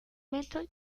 metro